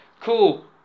cool